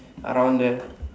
around there